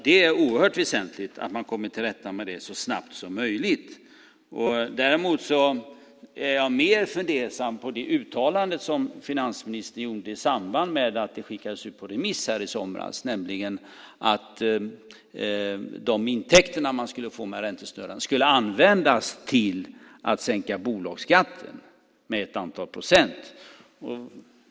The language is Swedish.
Det är oerhört väsentligt att man kommer till rätta med det så snabbt som möjligt. Däremot är jag mer fundersam när det gäller det uttalande som finansministern gjorde i samband med att detta skickades ut på remiss i somras, nämligen att de intäkter man skulle få med räntesnurran skulle användas till att sänka bolagsskatten med ett antal procent.